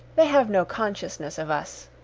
they have no consciousness of us.